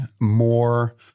more